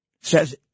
says